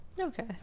okay